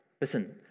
listen